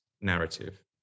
narrative